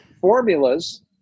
formulas